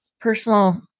personal